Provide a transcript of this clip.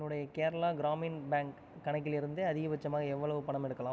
என்னுடைய கேரளா கிராமின் பேங்க் கணக்கிலிருந்து அதிகபட்சமாக எவ்வளவு பணம் எடுக்கலாம்